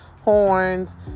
horns